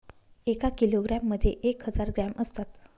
एका किलोग्रॅम मध्ये एक हजार ग्रॅम असतात